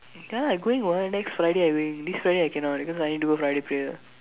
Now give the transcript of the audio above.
ya I going what next Friday I going this Friday I cannot cause I need do Friday prayer